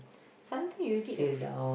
something you did a f~